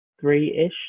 three-ish